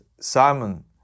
Simon